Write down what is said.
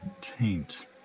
Taint